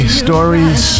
stories